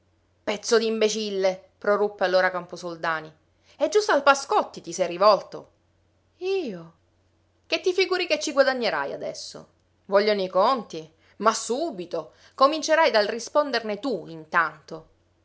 pezzo d'imbecille proruppe allora camposoldani e giusto al pascotti ti sei rivolto io che ti figuri che ci guadagnerai adesso vogliono i conti ma subito comincerai dal risponderne tu intanto